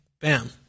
Bam